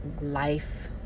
life